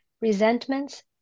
Resentments